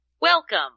welcome